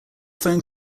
phone